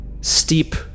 Steep